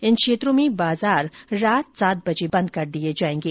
इन क्षेत्रों में बाजार रात सात बजे बंद कर दिए जाएंगे